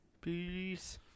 Peace